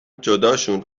جداشون